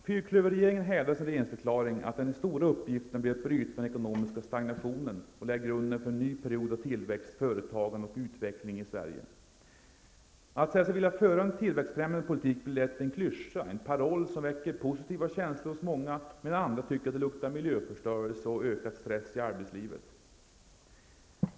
Fyrklöverregeringen hävdar i sin regeringsförklaring att den stora uppgiften blir att ''bryta den ekonomiska stagnationen och lägga grunden för en ny period av tillväxt, företagande och utveckling i Sverige''. Att säga sig vilja föra en tillväxtfrämjande politik blir lätt en klyscha, en paroll som väcker positiva känslor hos många medan andra tycker att det luktar miljöförstörelse och ökad stress i arbetslivet.